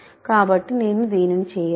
కాబట్టి నేను దీనిని చేయను